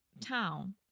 town